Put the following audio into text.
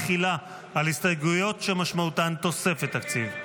תחילה על הסתייגויות שמשמעותן תוספת תקציב.